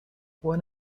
one